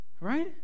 Right